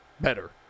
better